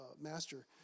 master